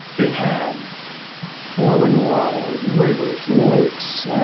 it had flowing water, rivers, lakes,